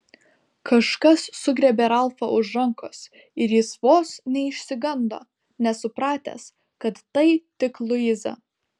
kažkas sugriebė ralfą už rankos ir jis vos neišsigando nesupratęs kad tai tik luiza